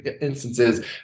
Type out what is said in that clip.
instances